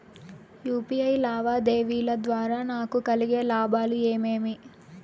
UPI లావాదేవీల ద్వారా నాకు కలిగే లాభాలు ఏమేమీ?